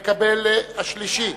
שמקבל, השלישי.